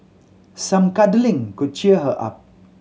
some cuddling could cheer her up